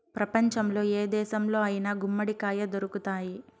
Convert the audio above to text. ప్రపంచంలో ఏ దేశంలో అయినా గుమ్మడికాయ దొరుకుతాయి